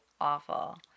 awful